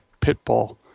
Pitbull